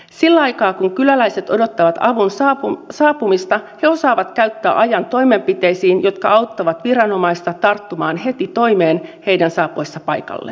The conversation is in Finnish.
sillä aikaa kun kyläläiset odottavat avun saapumista he osaavat käyttää ajan toimenpiteisiin jotka auttavat viranomaisia tarttumaan heti toimeen heidän saapuessaan paikalle